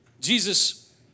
jesus